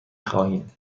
خواهیم